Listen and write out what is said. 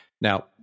Now